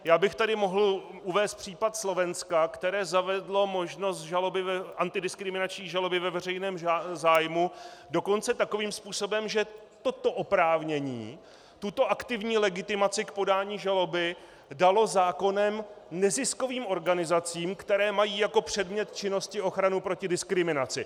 Já bych tady mohl uvést případ Slovenska, které zavedlo možnost žaloby antidiskriminační žaloby ve veřejném zájmu dokonce takovým způsobem, že toto oprávnění, tuto aktivní legitimaci k podání žaloby dalo zákonem neziskovým organizacím, které mají jako předmět činnosti ochranu proti diskriminaci.